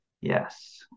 yes